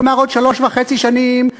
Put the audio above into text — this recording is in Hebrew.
כלומר עוד שלוש וחצי שנים,